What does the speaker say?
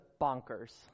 bonkers